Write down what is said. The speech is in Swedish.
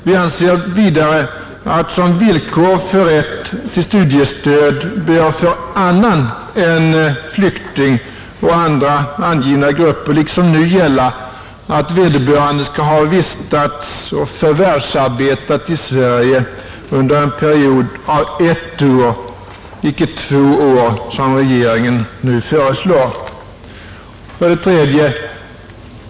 Vi anser vidare att som villkor för rätt till studiestöd bör för annan än flykting och andra angivna grupper liksom nu gälla att vederbörande skall ha vistats och förvärvsarbetet i Sverige under en period av ett år — icke två år som regeringen nu föreslår. 3.